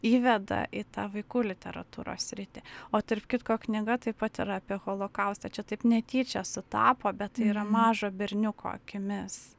įveda į tą vaikų literatūros sritį o tarp kitko knyga taip pat yra apie holokaustą čia taip netyčia sutapo bet tai yra mažo berniuko akimis